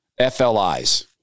FLIs